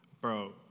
bro